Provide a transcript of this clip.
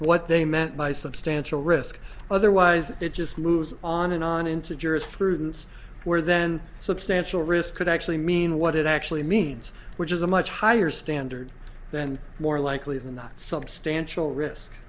what they meant by substantial risk otherwise it just moves on and on into jurisprudence where then substantial risk could actually mean what it actually means which is a much higher standard then more likely than not substantial risk